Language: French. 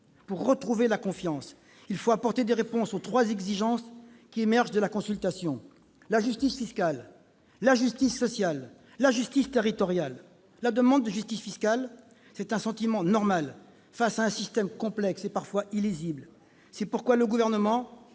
Pour retrouver la confiance, il faut apporter des réponses aux trois exigences qui émergent des consultations : la justice fiscale, la justice sociale et la justice territoriale. La demande de justice fiscale est un sentiment normal face à un système complexe et parfois illisible. C'est pourquoi le Gouvernement